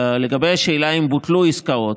לגבי השאלה אם בוטלו עסקאות,